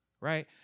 right